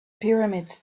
pyramids